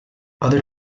other